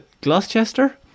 Gloucester